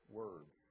words